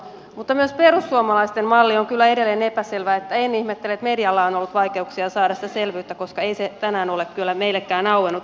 mutta myös perussuomalaisten malli on kyllä edelleen epäselvä niin että en ihmettele että medialla on ollut vaikeuksia saada siitä selvyyttä koska ei se tänään ole kyllä meillekään auennut